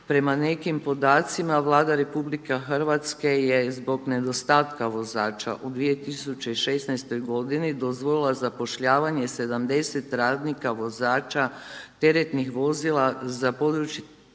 Prema nekim podacima Vlada RH je zbog nedostatka vozača u 2016. godini dozvolila zapošljavanje 70 radnika, vozača, teretnih vozila za područje